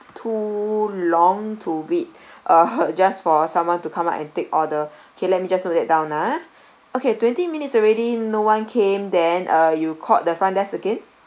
too long to wait (uh huh) just for someone to come up and take order okay let me just note that down ah okay twenty minutes already no one came then uh you called the front desk again